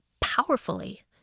powerfully